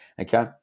Okay